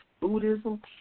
Buddhism